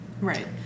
Right